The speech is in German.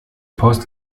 post